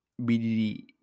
BDD